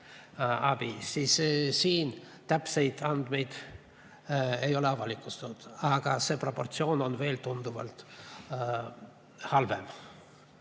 siis selle kohta täpseid andmeid ei ole avalikustatud, aga see proportsioon on tunduvalt halvem.